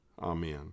Amen